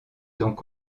donc